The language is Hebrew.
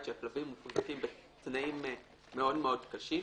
שהכלבים מוחזקים בתנאים מאוד מאוד קשים,